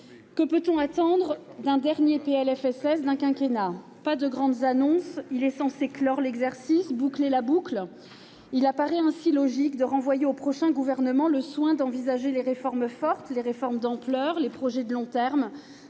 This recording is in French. Que peut-on attendre du dernier PLFSS d'un quinquennat ? Pas de grandes annonces. Il est censé clore l'exercice, boucler la boucle. Il apparaît ainsi logique de renvoyer au prochain gouvernement le soin d'envisager les mesures fortes, les réformes d'ampleur, les projets de long terme.